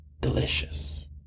Delicious